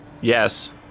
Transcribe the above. yes